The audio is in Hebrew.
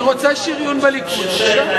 היא רוצה שריון בליכוד, בבקשה.